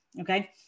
Okay